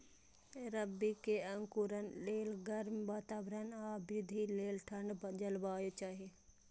रबी के अंकुरण लेल गर्म वातावरण आ वृद्धि लेल ठंढ जलवायु चाही